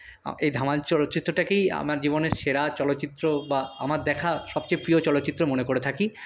এই ধামাল চলচ্চিত্রটাকেই আমার জীবনের সেরা চলচ্চিত্র বা আমার দেখা সবচেয়ে প্রিয় চলচ্চিত্র মনে করে থাকি